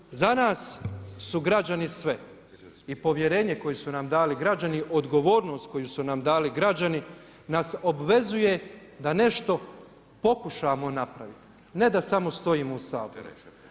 Dakle, za nas su građani sve i povjerenje koje su nam dali građani, odgovornost koju su nam dali građani nas obvezuje da nešto pokušamo napraviti ne da samo stojimo u Saboru.